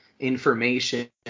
information